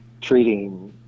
treating